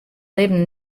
libben